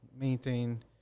maintain